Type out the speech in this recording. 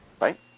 right